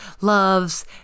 loves